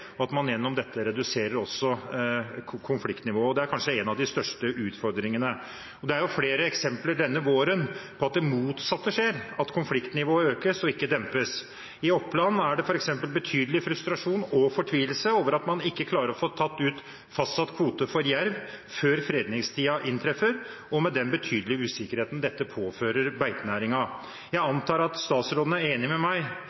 og at man gjennom dette også reduserer konfliktnivået. Det er kanskje en av de største utfordringene. Det er flere eksempler denne våren på at det motsatte skjer, at konfliktnivået øker og ikke dempes. I Oppland er det f.eks. betydelig frustrasjon og fortvilelse over at man ikke klarer å få tatt ut fastsatt kvote for jerv før fredningstiden inntreffer, med den betydelige usikkerheten dette påfører beitenæringen. Jeg antar at statsråden er enig med meg